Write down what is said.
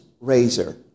razor